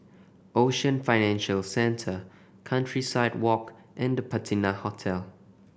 Ocean Financial Centre Countryside Walk and The Patina Hotel